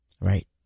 right